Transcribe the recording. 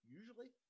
usually